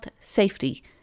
safety